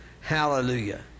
Hallelujah